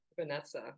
Vanessa